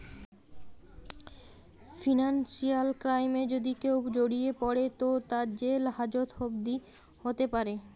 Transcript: financial ক্রাইমে যদি কেও জড়িয়ে পড়ে তো তার জেল হাজত অবদি হোতে পারে